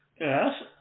yes